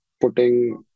putting